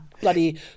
bloody